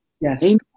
Yes